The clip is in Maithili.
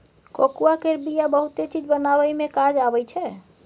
कोकोआ केर बिया बहुते चीज बनाबइ मे काज आबइ छै